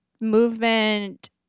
movement